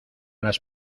las